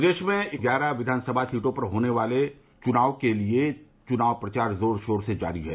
प्रदेश में ग्यारह विधानसभा सीटों पर होने वाले उप चुनाव के लिए चुनाव प्रचार जोर शोर से जारी है